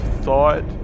thought